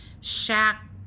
shack